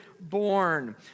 born